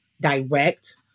direct